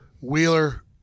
Wheeler